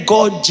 God